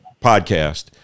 podcast